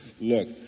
look